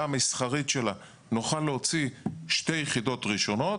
מסחרית שלה נוכל להוציא 2 יחידות ראשונות